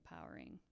empowering